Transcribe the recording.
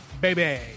baby